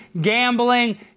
gambling